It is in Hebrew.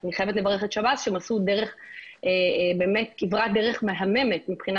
שאני חייבת לברך את שב"ס שעשו כברת דרך מהממת מבחינה